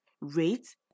rate